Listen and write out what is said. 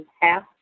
half